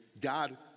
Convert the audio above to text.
God